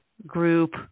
group